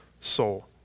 soul